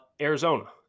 Arizona